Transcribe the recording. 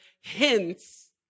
hints